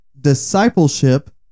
discipleship